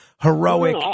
heroic